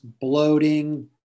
bloating